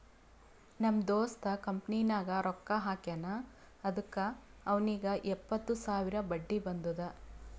ನಮ್ ದೋಸ್ತ ಕಂಪನಿನಾಗ್ ರೊಕ್ಕಾ ಹಾಕ್ಯಾನ್ ಅದುಕ್ಕ ಅವ್ನಿಗ್ ಎಪ್ಪತ್ತು ಸಾವಿರ ಬಡ್ಡಿ ಬಂದುದ್